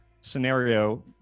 scenario